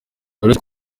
uretse